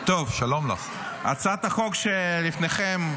הצעת החוק שלפניכם,